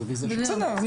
בסדר,